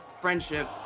friendship